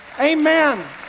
Amen